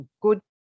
good